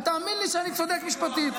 תאמין לי שאני צודק משפטית.